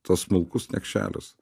tas smulkus niekšelis